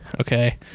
okay